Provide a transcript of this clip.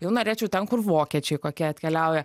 jau norėčiau ten kur vokiečiai kokie atkeliauja